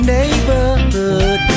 Neighborhood